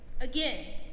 Again